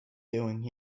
doing